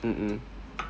mmhmm